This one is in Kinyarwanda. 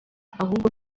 ahubwo